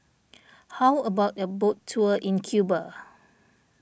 how about a boat tour in Cuba